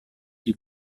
die